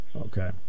Okay